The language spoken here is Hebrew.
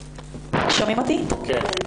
בבקשה,